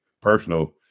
personal